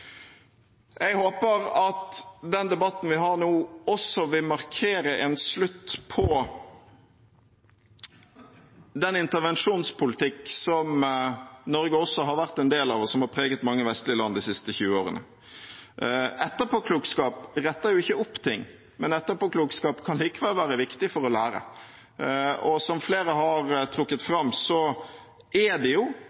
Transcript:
Jeg håper at den debatten vi har nå, vil markere en slutt på den intervensjonspolitikk som Norge også har vært en del av, og som har preget mange vestlige land de siste tjue årene. Etterpåklokskap retter jo ikke opp ting, men etterpåklokskap kan likevel være viktig for å lære. Som flere har trukket